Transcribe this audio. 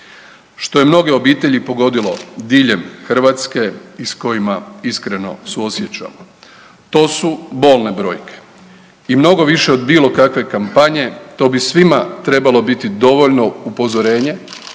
što je mnoge obitelji pogodilo diljem Hrvatske i s kojima iskreno suosjećamo. To su bolne brojke i mnogo više od bilo kakve kampanje, to bi svima trebalo biti dovoljno upozorenje